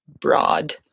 broad